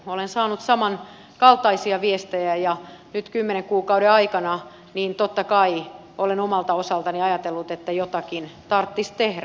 olen saanut samankaltaisia viestejä ja nyt kymmenen kuukauden aikana totta kai olen omalta osaltani ajatellut että jotakin tarttis tehrä